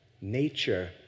Nature